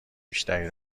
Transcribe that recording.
بیشتری